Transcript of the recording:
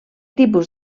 tipus